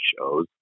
shows